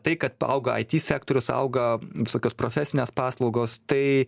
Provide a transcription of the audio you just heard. tai kad auga it sektorius auga visokios profesinės paslaugos tai